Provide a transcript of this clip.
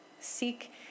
seek